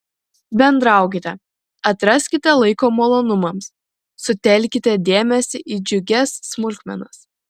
bendraukite atraskite laiko malonumams sutelkite dėmesį į džiugias smulkmenas